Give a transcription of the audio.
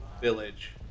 village